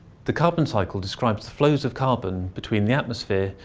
the carbon cycle describes the flows of carbon between the atmosphere,